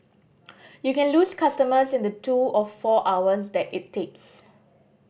you can lose customers in the two or four hours that it takes